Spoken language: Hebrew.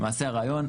למעשה הרעיון,